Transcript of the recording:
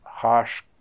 harsh